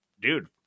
dude